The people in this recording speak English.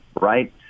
right